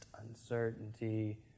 uncertainty